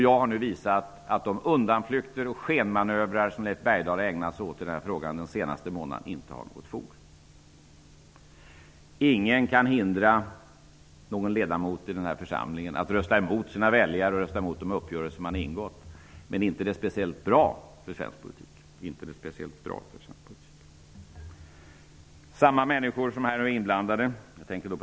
Jag har nu visat att de undanflykter och skenmanövrar som Leif Bergdahl har ägnat sig åt i den här frågan den senaste månaden inte har något fog. Ingen kan hindra någon ledamot i den här församlingen att rösta emot sina väljare och emot de uppgörelser man har ingått. Men det är inte speciellt bra för svensk politik.